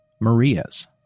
Maria's